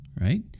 Right